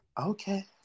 Okay